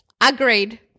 agreed